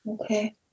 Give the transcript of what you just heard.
Okay